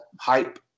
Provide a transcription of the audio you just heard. hype